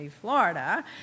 Florida